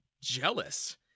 jealous